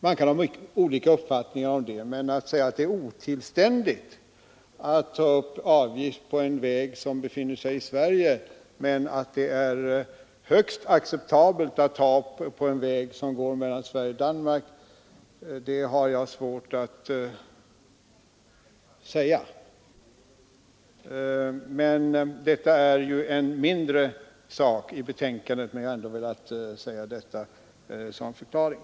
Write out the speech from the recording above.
Man kan ha olika uppfattningar om detta, men jag har för min del svårt att säga att det är otillständigt att ta upp avgift på en väg i Sverige, medan det är högst acceptabelt att ta upp avgift på en väg som går mellan Sverige och Danmark. Det här är ju en mindre sak i betänkandet, men jag har ändå velat säga detta som förklaring.